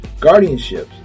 guardianships